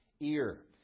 ear